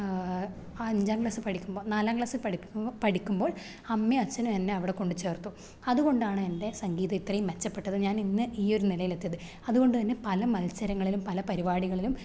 അഞ്ചാം ക്ലാസ്സില് പഠിക്കുമ്പോൾ നാലാം ക്ലാസ്സില് പഠിപ് പഠിക്കുമ്പോള് അമ്മയും അച്ഛനും എന്നെ അവിടെക്കൊണ്ട് ചേര്ത്തു അതുകൊണ്ടാണ് എന്റെ സംഗീതം ഇത്രയും മെച്ചപ്പെട്ടത് ഞാനിന്ന് ഈയൊരു നിലയിലെത്തിയത് അതുകൊണ്ടന്നെ പല മത്സരങ്ങളിലും പല പരിപാടികളിലും